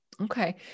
Okay